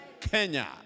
Kenya